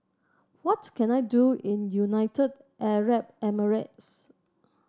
what can I do in United Arab Emirates